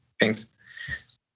Thanks